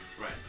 Right